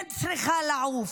צריכה לעוף,